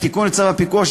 בתיקון לצו הפיקוח,